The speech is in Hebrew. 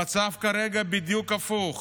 המצב כרגע בדיוק הפוך,